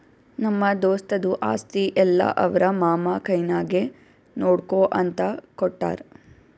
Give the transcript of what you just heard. ನಮ್ಮ ದೋಸ್ತದು ಆಸ್ತಿ ಎಲ್ಲಾ ಅವ್ರ ಮಾಮಾ ಕೈನಾಗೆ ನೋಡ್ಕೋ ಅಂತ ಕೊಟ್ಟಾರ್